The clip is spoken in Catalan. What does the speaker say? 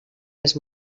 les